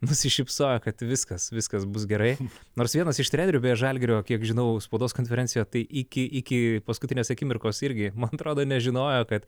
nusišypsojo kad viskas viskas bus gerai nors vienas iš trenerių beje žalgirio kiek žinau spaudos konferencijoje tai iki iki paskutinės akimirkos irgi man atrodo nežinojo kad